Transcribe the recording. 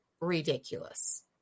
ridiculous